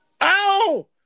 Ow